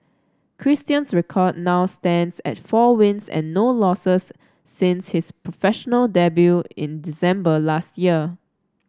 Christian's record now stands at four wins and no losses since his professional debut in December last year